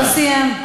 לא סיים.